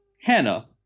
Hannah